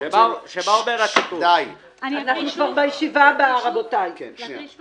אני רק רוצה